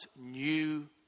new